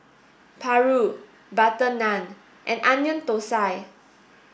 Paru butter naan and onion Thosai